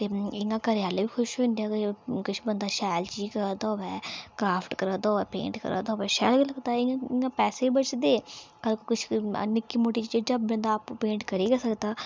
ते इं'या घरैआह्ले बी खुश होई जंदे कि किश बंदा शैल चीज़ करा दा होऐ क्रॉफ्ट करा दा होऐ पेंट करा दा होऐ शैल लगदा ऐ ते पैसे बचदे कल कुछ निक्की मुट्टी चीज़ां बंदा आपूं पेंट करी गै सकदा